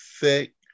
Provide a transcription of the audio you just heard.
thick